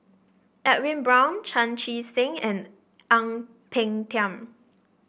Edwin Brown Chan Chee Seng and Ang Peng Tiam